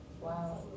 Wow